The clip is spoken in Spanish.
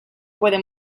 puede